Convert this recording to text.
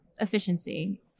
efficiency